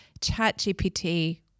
ChatGPT